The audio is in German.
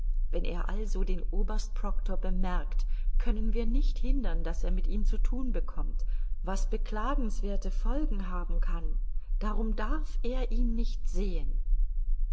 wenn er also den oberst proctor bemerkt können wir nicht hindern daß er mit ihm zu thun bekommt was beklagenswerthe folgen haben kann darum darf er ihn nicht sehen